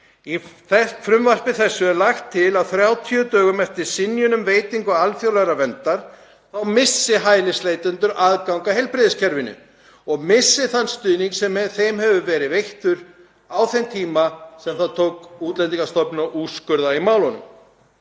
Í frumvarpi þessu er lagt til að 30 dögum eftir synjun um veitingu alþjóðlegrar verndar missi hælisleitendur aðgang að heilbrigðiskerfinu og missi þann stuðning sem þeim hefur verið veittur á þeim tíma sem það tók Útlendingastofnun að úrskurða í málunum.